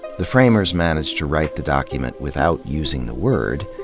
the framers managed to write the document without using the word,